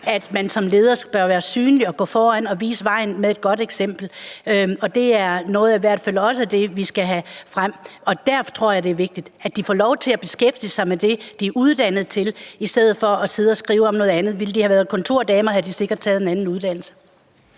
at man som leder bør være synlig og gå foran og vise vejen med godt eksempel. Det er i hvert fald også noget af det, vi skal have frem. Og der tror jeg det er vigtigt at de får lov til at beskæftige sig med det, de er uddannet til, i stedet for at sidde og skrive om noget andet. Ville de have været kontordamer, havde de sikkert taget en anden uddannelse.